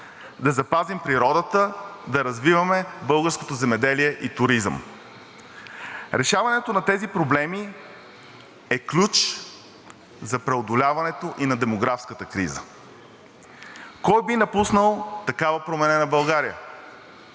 Да запазим природата, да развиваме българското земеделие и туризъм. Решаването на тези проблеми е ключ за преодоляването и на демографската криза. Кой би напуснал такава променена България?